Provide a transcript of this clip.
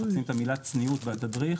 מחפשים את המילה 'צניעות' בתדריך,